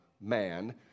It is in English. man